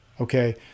okay